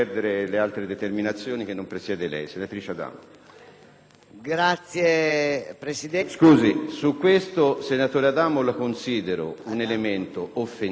Grazie, Presidente.